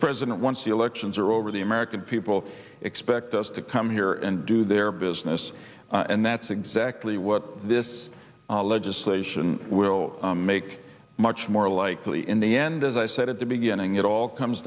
mr president once the elections are over the american people expect us to come here and do their business and that's exactly what this legislation will make much more likely in the end as i said at the beginning it all comes